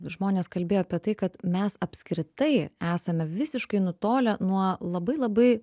žmonės kalbėjo apie tai kad mes apskritai esame visiškai nutolę nuo labai labai